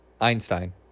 Einstein